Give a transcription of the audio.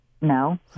No